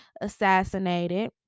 assassinated